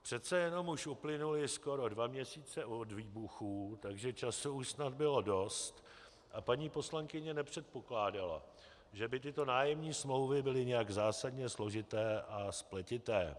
Přece jenom uplynuly už skoro dva měsíce od výbuchů, takže času už snad bylo dost, a paní poslankyně nepředpokládala, že by tyto nájemní smlouvy byly nějak zásadně složité a spletité.